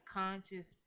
conscious